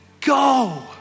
go